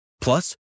Plus